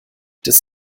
des